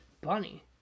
bunny